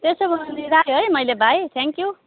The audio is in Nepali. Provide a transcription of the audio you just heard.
त्यसो भने राखेँ है मैले भाइ थ्याङ्क्यु